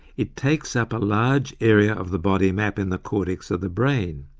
it takes up a large area of the body map in the cortex of the brain.